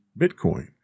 Bitcoin